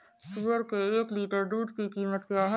सुअर के एक लीटर दूध की कीमत क्या है?